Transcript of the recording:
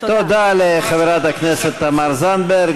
תודה לחברת הכנסת תמר זנדברג.